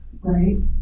right